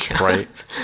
Right